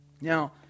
Now